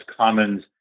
Commons